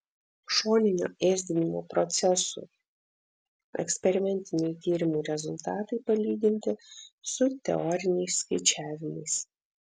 šoninio ėsdinimo procesų eksperimentiniai tyrimų rezultatai palyginti su teoriniais skaičiavimais